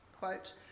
quote